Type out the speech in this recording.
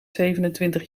zevenentwintig